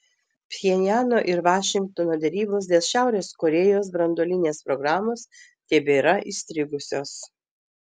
pchenjano ir vašingtono derybos dėl šiaurės korėjos branduolinės programos tebėra įstrigusios